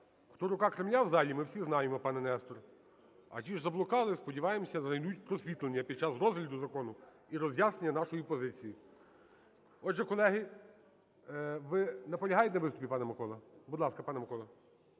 Хто "рука Кремля" в залі – ми всі знаємо, пане Нестор; а ті, що заблукали, сподіваємося, знайдуть просвітлення під час розгляду закону і роз'яснення нашої позиції. Отже, колеги, ви наполягаєте на виступі, пане Миколо? Будь ласка, пане Миколо.